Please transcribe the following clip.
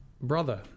Brother